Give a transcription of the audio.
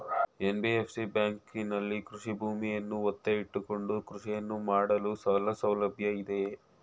NBFC ಬ್ಯಾಂಕಿನಲ್ಲಿ ಕೃಷಿ ಭೂಮಿಯನ್ನು ಒತ್ತೆ ಇಟ್ಟುಕೊಂಡು ಕೃಷಿಯನ್ನು ಮಾಡಲು ಸಾಲಸೌಲಭ್ಯ ಇದೆಯಾ?